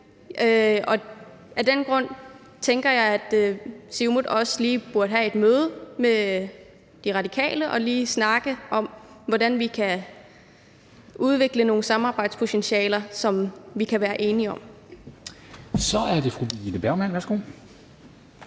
om. Af den grund tænker jeg, at Siumut også lige burde have et møde med De Radikale og lige snakke om, hvordan vi kan udvikle nogle samarbejdspotentialer, som vi kan være enige om. Kl. 20:22 Formanden